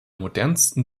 modernsten